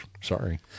sorry